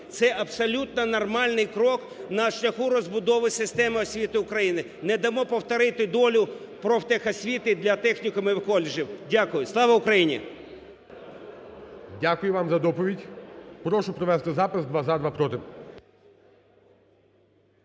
це абсолютно нормальний крок на шляху розбудови системи освіти України, не дамо повторити долю профтехосвіти для технікумів і коледжів. Дякую. Слава Україні! ГОЛОВУЮЧИЙ. Дякую вам за доповідь. Прошу провести запис: два – "за", два – "проти".